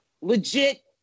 legit